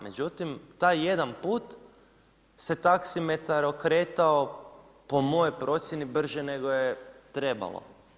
Međutim, taj jedan put se taksimetar okretao, po mojoj procjeni, brže nego je trebalo.